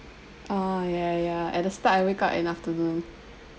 uh ya ya at the start I wake up in afternoon